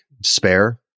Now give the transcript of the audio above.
despair